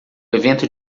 evento